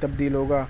تبدیل ہوگا